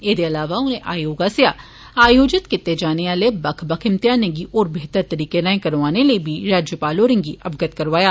एह्दे अलावा उनें आयोग आस्सेआ आयोजित कीते जाने आले बक्ख बक्ख इम्तेहाने गी होर बेह्तर तरीके राए करौआने लेई बी राज्यपाल होरें गी अवगत करोआया